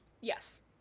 Yes